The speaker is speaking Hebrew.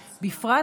בפרט,